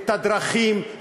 את הדרכים,